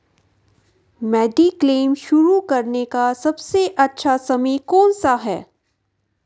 Mediclaim शुरू करने का सबसे अच्छा समय कौनसा है?